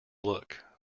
look